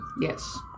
Yes